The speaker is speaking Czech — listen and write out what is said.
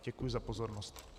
Děkuju za pozornost.